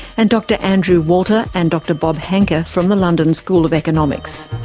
and dr andrew walter and dr bob hancke ah from the london school of economics.